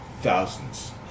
thousands